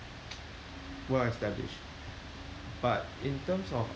well established but in terms of